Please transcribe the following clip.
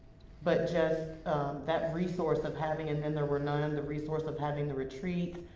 but just that resource, of having and then there were none, and the resource of having the retreats,